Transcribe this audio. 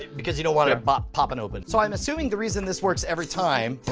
because you don't want it but popping open. so i'm assuming the reason this works every time,